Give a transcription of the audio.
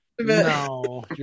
No